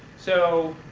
so,